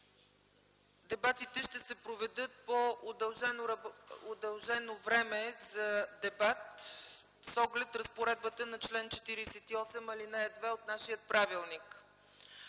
Дебатите ще се проведат по удължено време за дебат с оглед разпоредбата на чл. 48, ал. 2 от нашия правилник.